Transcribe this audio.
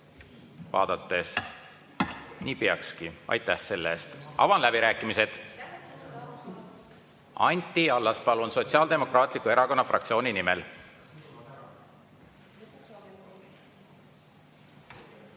vaadates! Nii peakski. Aitäh selle eest! Avan läbirääkimised. Anti Allas, palun, Sotsiaaldemokraatliku Erakonna fraktsiooni nimel!